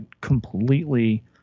completely